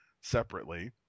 separately